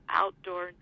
outdoor